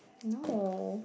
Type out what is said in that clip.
no